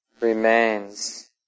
remains